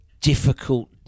difficult